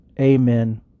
amen